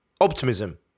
optimism